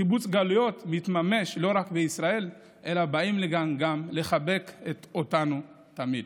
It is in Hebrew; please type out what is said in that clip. קיבוץ גלויות מתממש לא רק בישראל אלא באים לכאן גם לחבק אותנו תמיד.